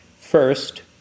First